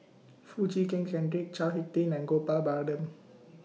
Foo Chee Keng Cedric Chao Hick Tin and Gopal Baratham